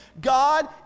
God